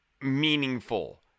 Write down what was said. meaningful